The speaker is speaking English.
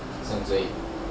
你讲谁